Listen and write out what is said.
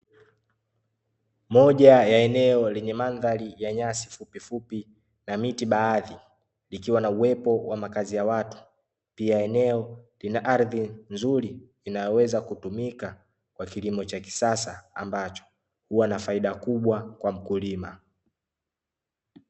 Moja ya eneo lenye mandhari ya nyasi fupifupi na miti baadhi, ikiwa na uwepo wa makazi ya watu. Pia eneo lina ardhi nzuri, inayoweza kutumika kwa kilimo cha kisasa ambacho, huwa na faida kubwa kwa mkulima.